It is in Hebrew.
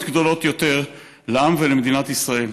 גדולות יותר לעם ולמדינת ישראל.